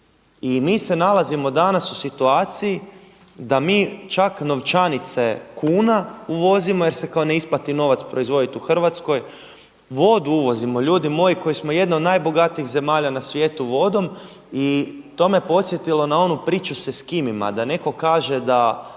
I mi se nalazimo danas u situaciji da mi čak novčanice kuna uvozimo jer se kao neisplati nova proizvoditi u Hrvatskoj. Vodu uvozimo ljudi moji koji smo jedna od najbogatijih zemalja na svijetu vodom. I to me podsjetilo na onu priču sa Eskimima da neko kaže da